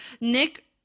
Nick